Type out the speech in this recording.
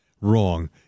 Wrong